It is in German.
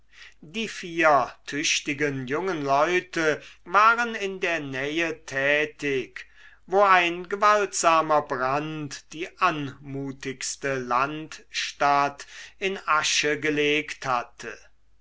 die vier tüchtigen jungen leute waren in der nähe tätig wo ein gewaltsamer brand die anmutigste landstadt in asche gelegt hatte